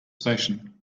station